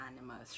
animals